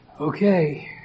Okay